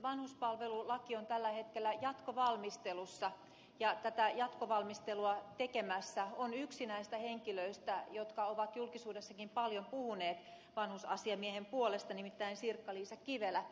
vanhuspalvelulaki on tällä hetkellä jatkovalmistelussa ja tätä jatkovalmistelua tekemässä on yksi näistä henkilöistä jotka ovat julkisuudessakin paljon puhuneet vanhusasiamiehen puolesta nimittäin sirkka liisa kivelä